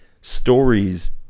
stories